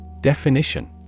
Definition